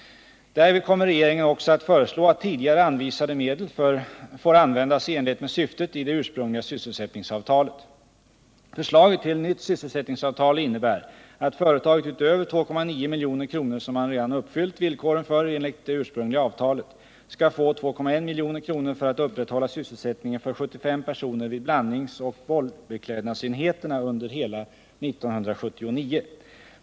Därvid kommer regeringen också att föreslå att tidigare anvisade medel får användas i enlighet med syftet i det ursprungliga sysselsättningsavtalet. Förslaget till nytt sysselsättningsavtal innebär att företaget — utöver 2,9 milj.kr. som man redan uppfyllt villkoren för enligt det ursprungliga avtalet — skall få 2,1 milj.kr. för att upprätthålla sysselsättningen för 75 personer vid blandningsoch bollbeklädnadsenheterna under hela 1979.